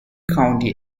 county